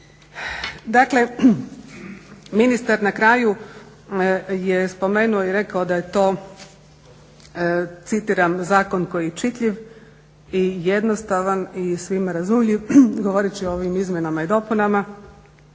Dakle, ministar na kraju je spomenuo i rekao da je to citiram zakon koji je čitljiv i jednostavan i svima razumljiv. Govoreći o ovim izmjenama i dopunama